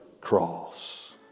cross